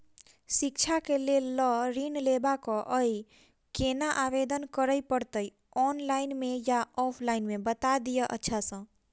शिक्षा केँ लेल लऽ ऋण लेबाक अई केना आवेदन करै पड़तै ऑनलाइन मे या ऑफलाइन मे बता दिय अच्छा सऽ?